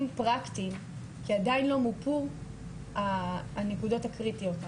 פרקטיים כי עדיין לא מופו הנקודות הקריטיות.